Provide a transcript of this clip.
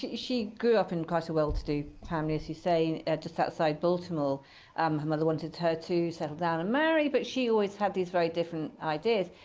she grew up in quite a well-to-do family, as you say, just outside baltimore. um her mother wanted her to settle down and marry. but she always had these very different ideas.